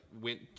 went